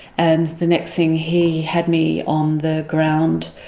and the next thing he had me on the ground.